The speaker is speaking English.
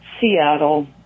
Seattle